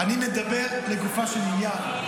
אני מדבר לגופו של עניין.